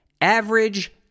average